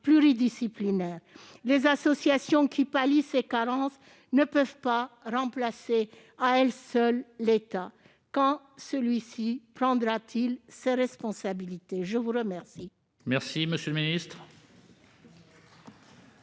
Les associations qui pallient ces carences ne peuvent pas remplacer à elles seules l'État. Quand celui-ci prendra-t-il ses responsabilités ? La parole